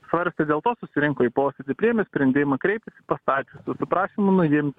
svarstė dėl to susirinko į posėdį priėmė sprendimą kreiptis į pastačiusius su prašymu nuimti